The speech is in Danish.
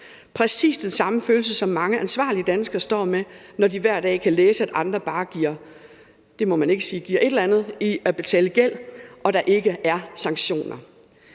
præcis den samme følelse, som mange ansvarlige danskere står med, når de hver dag kan læse, at andre bare giver, nej, det må man ikke sige, men giver et eller andet i at betale gæld, og at der ikke er sanktioner.